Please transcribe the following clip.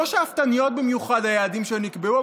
לא שאפתניות במיוחד ביעדים שנקבעו,